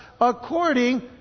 according